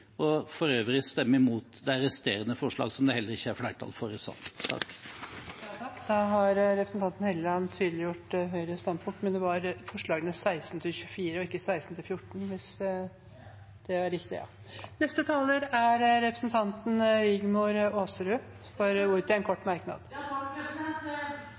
For øvrig stemmer vi imot de resterende forslagene, som det heller ikke er flertall for i salen. Da har representanten Helleland tydeliggjort Høyres standpunkt. Representanten Rigmor Aasrud har hatt ordet to ganger tidligere og får ordet til en kort merknad, begrenset til 1 minutt. Jeg vil svare ut første del av representanten